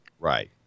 Right